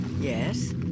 Yes